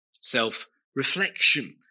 self-reflection